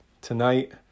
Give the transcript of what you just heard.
tonight